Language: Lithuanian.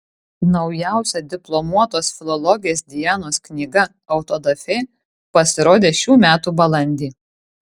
naujausia diplomuotos filologės dianos knyga autodafė pasirodė šių metų balandį